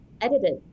edited